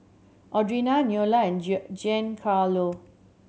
Audrina Neola and Giancarlo